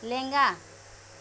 ᱞᱮᱸᱜᱟ